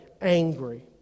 angry